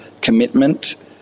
commitment